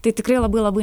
tai tikrai labai labai